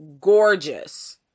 gorgeous